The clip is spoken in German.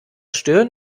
stören